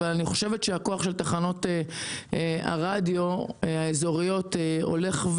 אבל אני חושבת שהכוח של תחנות הרדיו האזוריות הולך,